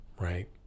Right